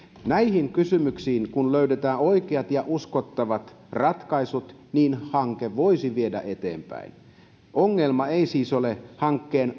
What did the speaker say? näihin kysymyksiin kun löydetään oikeat ja uskottavat ratkaisut hanketta voisi viedä eteenpäin kysymys ei siis ole hankkeen